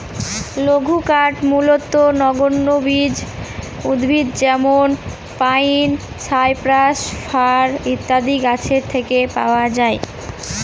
লঘুকাঠ মূলতঃ নগ্নবীজ উদ্ভিদ যেমন পাইন, সাইপ্রাস, ফার ইত্যাদি গাছের থেকে পাওয়া যায়